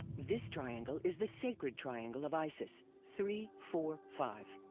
this triangle is the sacred triangle of isis three four five.